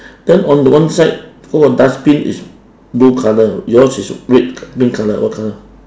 then on the one side got one dustbin is blue colour yours is red green colour what colour